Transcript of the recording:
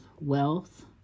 wealth